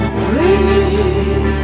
sleep